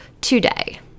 today